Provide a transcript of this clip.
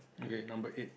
okay number eight